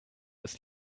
ist